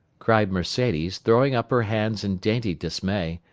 cried mercedes, throwing up her hands in dainty dismay.